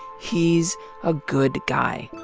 he's a good guy.